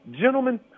gentlemen